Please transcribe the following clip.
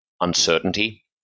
uncertainty